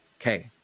okay